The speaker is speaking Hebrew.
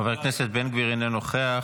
חבר הכנסת בן גביר, אינו נוכח.